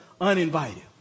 uninvited